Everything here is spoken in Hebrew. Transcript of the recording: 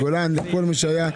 גולן וכל מי שהיה,